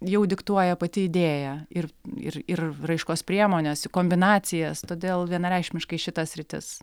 jau diktuoja pati idėja ir ir ir raiškos priemones kombinacijas todėl vienareikšmiškai šita sritis